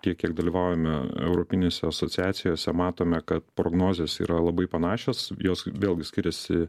tiek kiek dalyvaujame europinėse asociacijose matome kad prognozės yra labai panašios jos vėlgi skiriasi